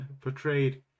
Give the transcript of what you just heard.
portrayed